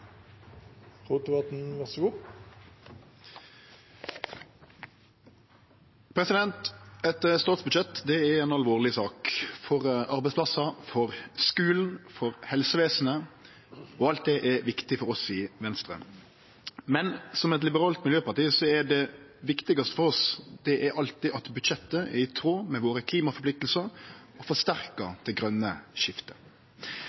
folk flest, så en får se på hva de gjør i praksis, ikke i retorikk. Replikkordskiftet er omme. Eit statsbudsjett er ei alvorleg sak for arbeidsplassar, for skule, og for helsevesen, og alt det er viktig for oss i Venstre. Men som eit liberalt miljøparti er det viktigaste for oss alltid at budsjettet er i tråd med klimaforpliktingane våre og